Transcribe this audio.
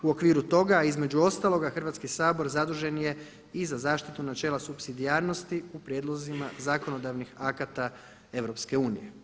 U okviru toga a između ostaloga Hrvatski sabor zadužen je i za zaštitu načela supsidijarnosti u prijedlozima zakonodavnih akata EU.